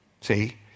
See